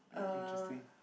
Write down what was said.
very interesting